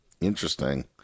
Interesting